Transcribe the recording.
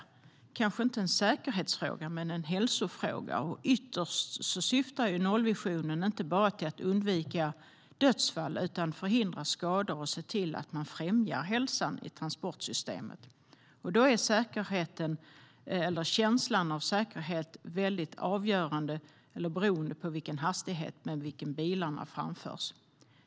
Det är kanske inte en säkerhetsfråga men en hälsofråga, och ytterst syftar ju nollvisionen till att inte bara undvika dödsfall utan också förhindra skador och främja hälsan i transportsystemet. Då är säkerheten, eller känslan av säkerhet, beroende av i vilken hastighet bilarna framförs.